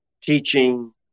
teaching